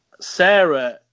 Sarah